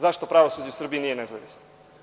Zašto pravosuđe u Srbiji nije nezavisno?